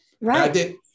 Right